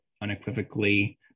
unequivocally